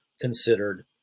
considered